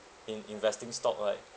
in investing stock right